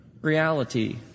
reality